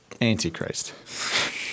antichrist